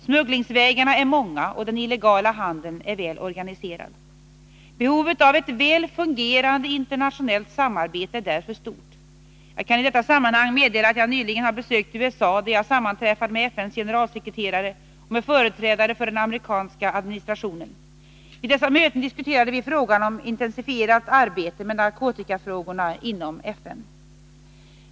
Smugglingsvägarna är många, och den illegala handeln är väl organiserad. Behovet av ett väl fungerande internationellt samarbete är därför stort. Jag kan i detta sammanhang meddela att jag nyligen har besökt USA, där jag sammanträffade med FN:s generalsekreterare och med företrädare för den amerikanska administrationen. Vid dessa möten diskuterade vi frågan om intensifierat arbete med narkotikafrågor inom FN.